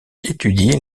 étudie